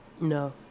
No